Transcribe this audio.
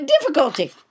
difficulty